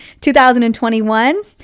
2021